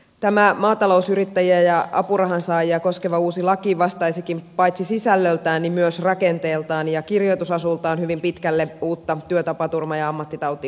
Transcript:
tämä maatalousyrittäjiä ja apurahansaajia koskeva uusi laki vastaisikin paitsi sisällöltään myös rakenteeltaan ja kirjoitusasultaan hyvin pitkälle uutta työtapaturma ja ammattitautilakia